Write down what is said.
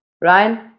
Ryan